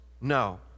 no